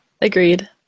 agreed